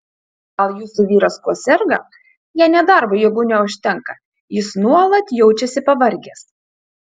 gal jūsų vyras kuo serga jei net darbui jėgų neužtenka jis nuolat jaučiasi pavargęs